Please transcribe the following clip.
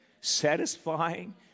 satisfying